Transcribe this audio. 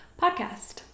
Podcast